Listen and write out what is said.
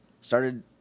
Started